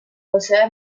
josé